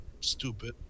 stupid